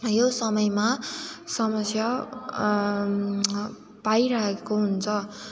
यो समयमा समस्या पाइरहेको हुन्छ